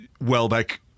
Welbeck